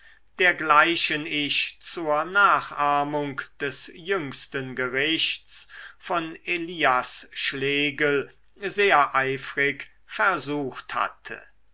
dergleichen ich zur nachahmung des jüngsten gerichts von elias schlegel sehr eifrig versucht hatte